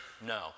no